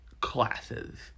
classes